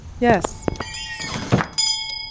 Yes